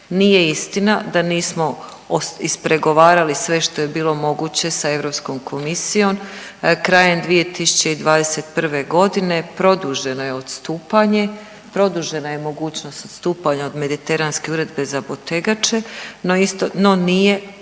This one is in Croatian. nije istina da nismo ispregovarali sve što je bilo moguće sa Europskom komisijom, krajem 2021.g. produženo je odstupanje, produžena je mogućnost odstupanja od mediteranske uredbe za potegače, no isto,